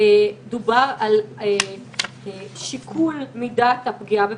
דובר על שיקול מידת הפגיעה בפרטיות.